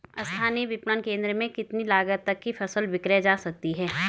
स्थानीय विपणन केंद्र में कितनी लागत तक कि फसल विक्रय जा सकती है?